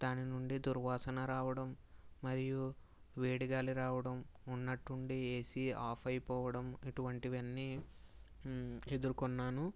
దాని నుండి దుర్వాసన రావడం మరియు వేడిగాలి రావడం ఉన్నట్టుండి ఏసీ ఆఫ్ అయిపోవడం ఇటువంటివన్నీ ఎదుర్కొన్నాను